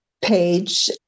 page